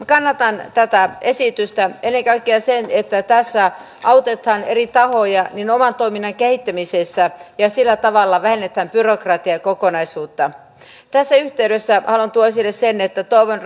kannatan tätä esitystä ennen kaikkea sitä että tässä autetaan eri tahoja niiden oman toiminnan kehittämisessä ja sillä tavalla vähennetään byrokratiakokonaisuutta tässä yhteydessä haluan tuoda esille sen että toivon